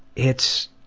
it's